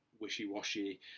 wishy-washy